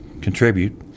contribute